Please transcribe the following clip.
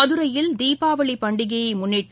மதுரையில் தீபாவளி பண்டிகையை முன்னிட்டு